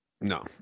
No